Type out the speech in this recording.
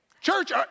church